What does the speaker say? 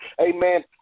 amen